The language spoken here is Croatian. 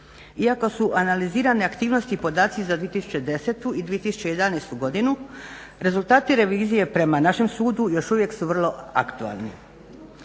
Iako su analizirane aktivnosti i podaci za 2010. i 2011. godinu rezultati revizije prema našem sudu još uvijek su vrlo aktualni.